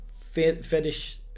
fetish